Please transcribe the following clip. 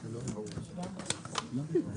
10:00.